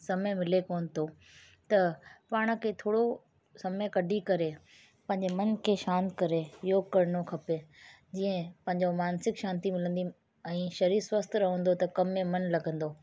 समय मिले कोन्ह थो त पाण खे थोरो समय कढी करे पंहिंजे मन खे शांत करे योग करिणो खपे जीअं पंहिंजो मानसिक शांती मिलंदी ऐं शरीर स्वस्थ रहंदो त कम में मन लॻंदो